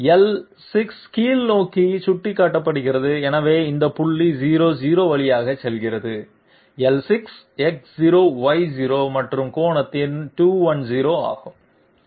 L 6 கீழ்நோக்கி சுட்டிக்காட்டுகிறது எனவே இது புள்ளி 00 வழியாக செல்கிறது எல் 6 X0Y0 மற்றும் கோணம் 210 ஆகும்